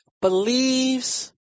believes